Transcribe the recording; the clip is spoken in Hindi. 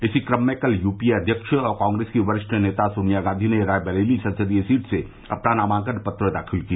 इसी क्रम में कल यूपीए अध्यक्ष और कांग्रेस की वरिष्ठ नेता सोनिया गांधी ने रायबरेली संसदीय सीट से अपना नामांकन पत्र दाखिल किया